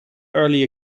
early